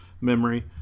memory